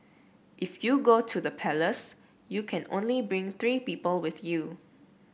if you go to the palace you can only bring three people with you